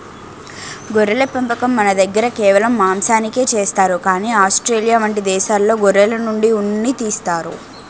గొర్రెల పెంపకం మనదగ్గర కేవలం మాంసానికే చేస్తారు కానీ ఆస్ట్రేలియా వంటి దేశాల్లో గొర్రెల నుండి ఉన్ని తీస్తారు